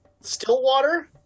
Stillwater